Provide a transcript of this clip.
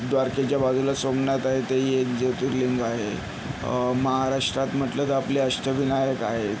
द्वारकेच्या बाजूला सोमनाथ आहे तेही एक ज्योतिर्लिंग आहे महाराष्ट्रात म्हटलं तर आपले अष्टविनायक आहेत